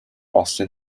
austin